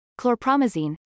chlorpromazine